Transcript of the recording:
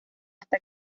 hasta